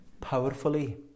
powerfully